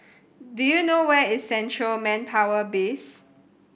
do you know where is Central Manpower Base